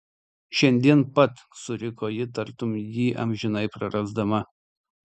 šiandien pat suriko ji tartum jį amžinai prarasdama